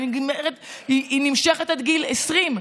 היא נמשכת עד גיל 20,